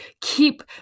keep